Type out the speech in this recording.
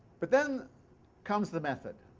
but then comes the method,